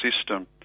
system